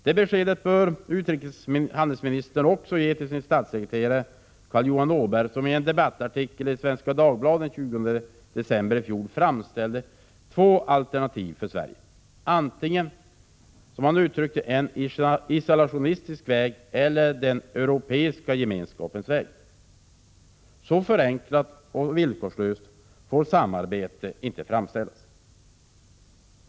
Det beskedet bör utrikeshandelsministern också ge till sin statssekreterare Carl Johan Åberg, som i en debattartikel i Svenska Dagbladet den 20 december i fjol framställde två alternativ för Sverige: antingen en isolationistisk väg eller den europeiska gemenskapens väg. Så förenklat och villkorslöst får samarbetet inte framställas.